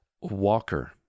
Walker